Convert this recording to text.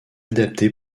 adaptés